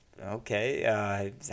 Okay